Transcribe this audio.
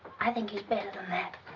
i think he's better than that.